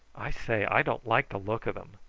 i say, i don't like the look of them.